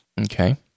Okay